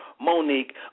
Monique